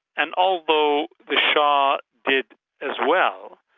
and although the shah did as well,